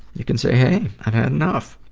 you can say, hey. i've had enough.